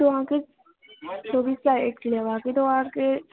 तऽ ओ अहाँके चौबीस कैरेटके लेबाक अछि तऽ ओ अहाँके